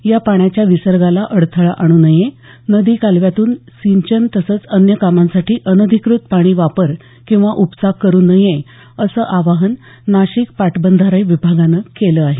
या पाण्याच्या विसर्गास अडथळा आणू नये नदी कालव्यातून सिंचन तसंच अन्य कामांसाठी अनधिकृत पाणी वापर किंवा उपसा करू नये असं आवाहन नाशिक पाटबंधारे विभागानं केलं आहे